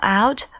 out